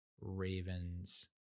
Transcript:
Ravens